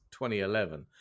2011